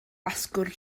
asgwrn